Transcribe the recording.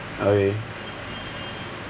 eh